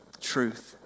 truth